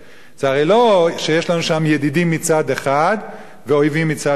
זה הרי לא שיש לנו שם ידידים מצד אחד ואויבים מצד שני.